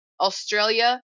Australia